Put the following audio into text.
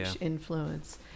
influence